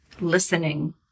listening